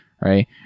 right